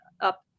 up